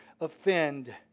offend